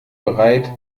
bereit